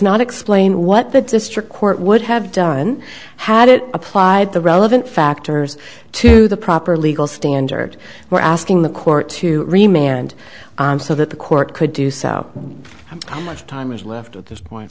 not explain what the district court would have done had it applied the relevant factors to the proper legal standard were asking the court to remain and so that the court could do so how much time is left at this point